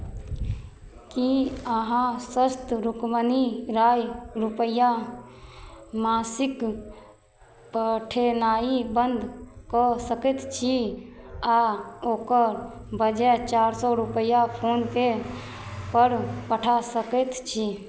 की अहाँ स्वस्थ रुक्मिणी राय रुपैआ मासिक पठेनाइ बन्द कऽ सकैत छी आ ओकर बजाय चारि सए रुपैआ फोन पे पर पठा सकैत छी